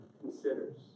considers